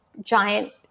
giant